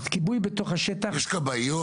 יש כבאיות?